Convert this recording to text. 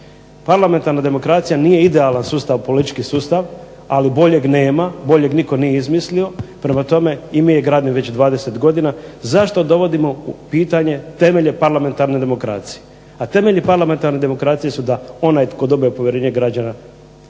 Parlamentarna demokracija nije idealan sustav, politički sustav, ali boljeg nema, boljeg nitko nije izmislio, prema tome i mi je gradimo već 20 godina, zašto dovodimo u pitanje temelje parlamentarne demokracije? A temelji parlamentarne demokracije su da onaj tko dobije povjerenje građana